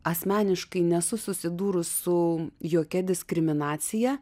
asmeniškai nesu susidūrus su jokia diskriminacija